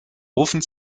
rufen